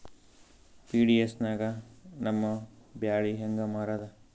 PDS ನಾಗ ನಮ್ಮ ಬ್ಯಾಳಿ ಹೆಂಗ ಮಾರದ?